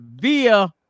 via